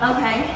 Okay